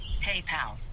PayPal